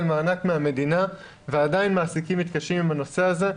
מענק מהמדינה ועדיין מעסיקים מתקשים עם הנושא הזה.